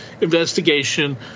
investigation